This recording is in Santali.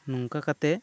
ᱱᱚᱝᱠᱟ ᱠᱟᱛᱮᱜ